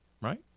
right